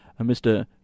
mr